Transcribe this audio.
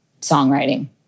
Songwriting